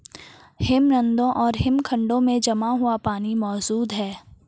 हिमनदों और हिमखंडों में जमा हुआ पानी मौजूद हैं